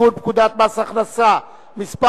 לתיקון פקודת מס הכנסה (מס'